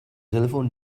telephone